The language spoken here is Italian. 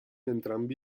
entrambi